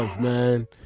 man